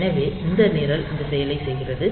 எனவே இந்த நிரல் இந்த செயலைச் செய்கிறது